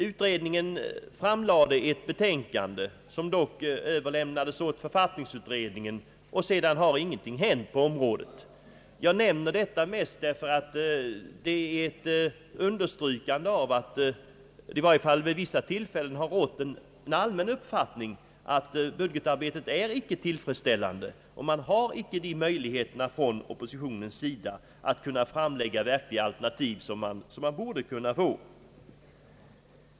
Utredningen framlade ett betänkande, som dock överlämnades åt författningsutredningen, och sedan har ingenting hänt på området. Jag nämner detta mest därför att det är ett understrykande av att det i varje fall vid vissa tillfällen har rått en allmän uppfattning om att budgetarbetet icke är tillfredsställande och att oppositionen inte haft de möjligheter, som den borde ha, att lägga fram verkliga alternativ.